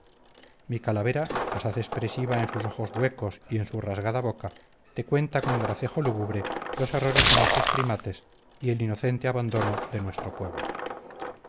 mi calavera asaz expresiva en sus ojos huecos y en su rasgada boca te cuenta con gracejo lúgubre los errores de nuestros primates y el inocente abandono de nuestro pueblo